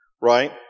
right